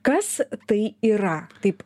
kas tai yra taip